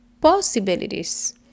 possibilities